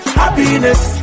happiness